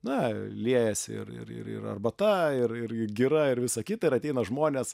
na liejasi ir ir ir ir arbata ir ir gira ir visa kita ir ateina žmonės